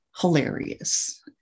hilarious